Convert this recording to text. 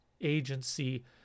agency